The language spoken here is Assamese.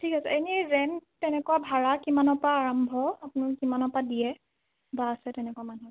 ঠিক আছে এনেই ৰেন্ট কেনেকুৱা ভাড়া কিমানৰপৰা আৰম্ভ আপুনি কিমানৰপৰা দিয়ে বা আছে তেনেকুৱা মানুহ